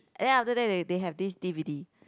and then after that they they have this D_V_D